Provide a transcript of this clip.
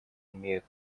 имеют